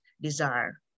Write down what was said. desire